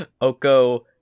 Oko